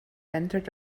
entered